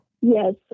Yes